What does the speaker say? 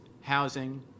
housing